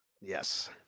Yes